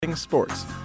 sports